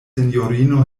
sinjorino